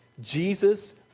Jesus